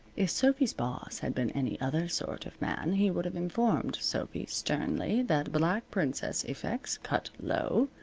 if sophy's boss had been any other sort of man he would have informed sophy, sternly, that black princess effects, cut low,